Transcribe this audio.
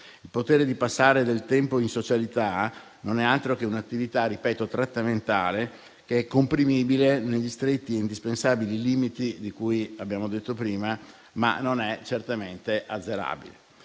Il poter passare del tempo in socialità non è altro che un'attività trattamentale - ripeto - che è comprimibile negli stretti e indispensabili limiti di cui abbiamo detto prima, ma non è certamente azzerabile.